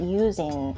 using